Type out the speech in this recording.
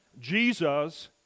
Jesus